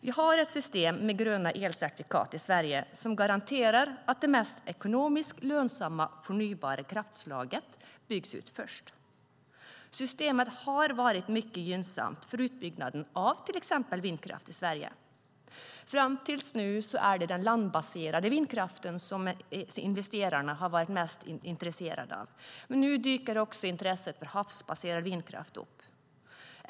Vi har ett system med gröna elcertifikat i Sverige som garanterar att det ekonomiskt mest lönsamma förnybara kraftslaget byggs ut först. Systemet har varit mycket gynnsamt för utbyggnaden av till exempel vindkraft i Sverige. Fram till nu är det den landbaserade vindkraften investerarna har varit mest intresserade av, men nu dyker också intresset för havsbaserad vindkraft upp.